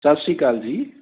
ਸਤਿ ਸ਼੍ਰੀ ਅਕਾਲ ਜੀ